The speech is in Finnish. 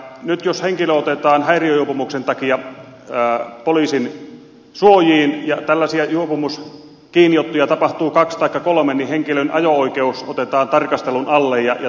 nyt jos henkilö otetaan häiriöjuopumuksen takia poliisin suojiin ja tällaisia juopumuskiinniottoja tapahtuu kaksi taikka kolme niin henkilön ajo oikeus otetaan tarkastelun alle